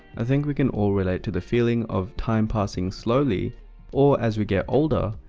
i think we can all relate to the feeling of time passing slowly or as we get older,